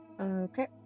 Okay